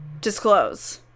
disclose